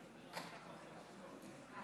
אני